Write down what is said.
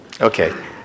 Okay